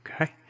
Okay